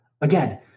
Again